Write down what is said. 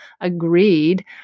agreed